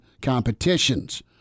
competitions